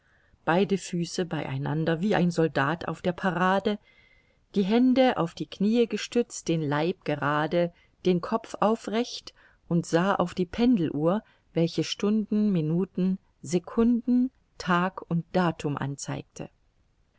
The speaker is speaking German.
beide füße bei einander wie ein soldat auf der parade die hände auf die kniee gestützt den leib gerade den kopf aufrecht und sah auf die pendeluhr welche stunden minuten secunden tag und datum anzeigte